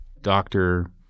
doctor